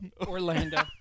Orlando